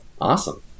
Awesome